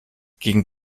gegen